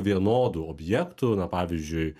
vienodų objektų na pavyzdžiui